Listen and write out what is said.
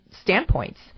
standpoints